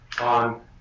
on